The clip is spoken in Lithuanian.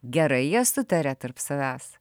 gerai jie sutaria tarp savęs